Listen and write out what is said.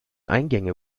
eingänge